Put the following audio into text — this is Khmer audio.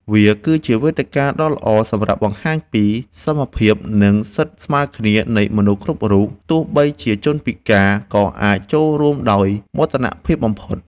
វាគឺជាវេទិកាដ៏ល្អសម្រាប់បង្ហាញពីសមភាព និងសិទ្ធិស្មើគ្នានៃមនុស្សគ្រប់រូប ទោះបីជាជនពិការក៏អាចចូលរួមដោយមោទនភាពបំផុត។